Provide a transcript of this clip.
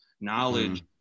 knowledge